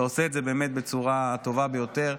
אתה עושה את זה באמת בצורה הטובה ביותר.